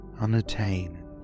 unattained